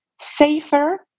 safer